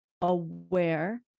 aware